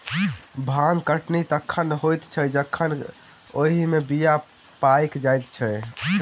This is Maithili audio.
भांग कटनी तखन होइत छै जखन ओहि मे बीया पाइक जाइत छै